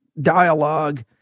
dialogue